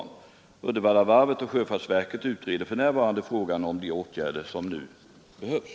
Uddevallavarvet och sjöfartsverket utreder för närvarande frågan om de åtgärder som nu behövs.